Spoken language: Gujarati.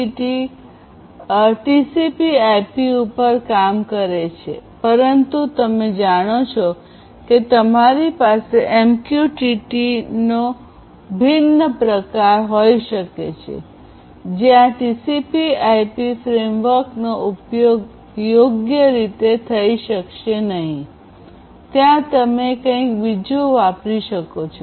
MQTTટીસીપી આઈપી ઉપર કામ કરે છે પરંતુ તમે જાણો છો કે તમારી પાસે એમક્યુટીટીનો ભિન્ન પ્રકાર હોઈ શકે છે જ્યાં ટીસીપી આઈપી ફ્રેમવર્કનો ઉપયોગ યોગ્ય રીતે થઈ શકશે નહીં ત્યાં તમે કંઈક બીજું વાપરી શકો છો